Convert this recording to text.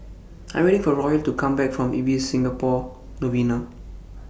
I Am waiting For Royal to Come Back from Ibis Singapore Novena